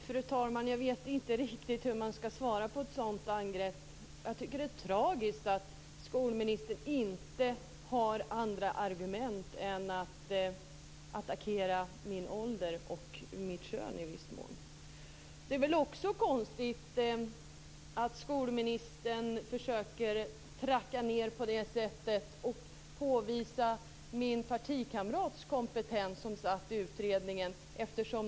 Fru talman! Jag vet inte riktigt hur man ska svara på ett sådant angrepp. Jag tycker att det är tragiskt att skolministern inte har andra argument än att attackera min ålder och i viss mån mitt kön. Det är också konstigt att skolministern försöker racka ned på det sättet och påvisa min partikamrats kompetens som satt i utredningen.